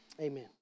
Amen